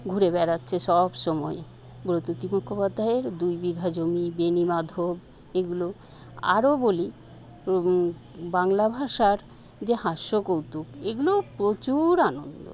ঘুরে বেড়াচ্ছে সবসময় ব্রততী মুখোপাধ্যায়ের দুই বিঘা জমি বেণীমাধব এগুলো আরও বলি রবীন বাংলা ভাষার যে হাস্যকৌতুক এগুলোও প্রচুর আনন্দ